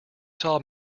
saw